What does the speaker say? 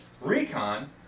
Recon